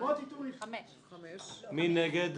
מי נגד?